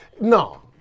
no